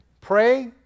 Pray